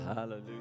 Hallelujah